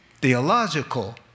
theological